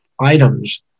items